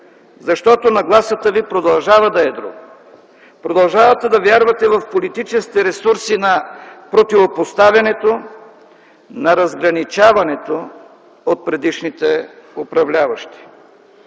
Защото нагласата ви продължава да е друга - продължавате да вярвате в политическите ресурси на противопоставянето, на разграничаването от предишните управляващи.